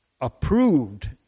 approved